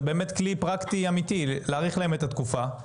זה באמת כלי פרקטי אמיתי להאריך להם את התקופה.